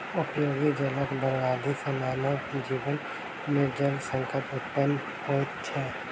उपयोगी जलक बर्बादी सॅ मानव जीवन मे जल संकट उत्पन्न होइत छै